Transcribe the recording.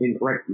right